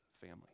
family